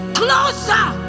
closer